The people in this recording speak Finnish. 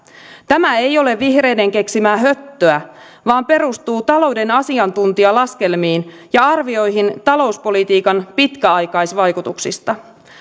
tämä ei ole vihreiden keksimää höttöä vaan perustuu talouden asiantuntijalaskelmiin ja arvioihin talouspolitiikan pitkäaikaisvaikutuksista